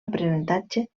aprenentatge